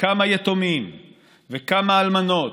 וכמה יתומים וכמה אלמנות